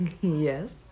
Yes